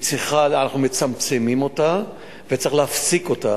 אנחנו מצמצמים אותה וצריך להפסיק אותה,